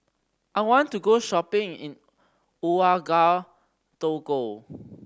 I want to go shopping in Ouagadougou